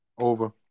Over